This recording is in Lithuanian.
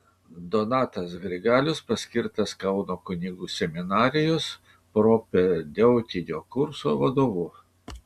donatas grigalius paskirtas kauno kunigų seminarijos propedeutinio kurso vadovu